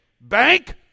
bank